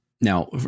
Now